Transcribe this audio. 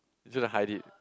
hide it